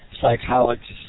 psychologist